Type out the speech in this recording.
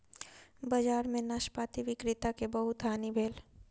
बजार में नाशपाती विक्रेता के बहुत हानि भेल